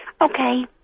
Okay